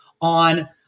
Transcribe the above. on